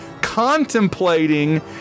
contemplating